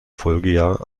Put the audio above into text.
folgejahr